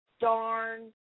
darn